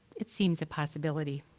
it seems a possibility.